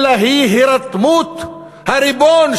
אלא היא הירתמות הריבון,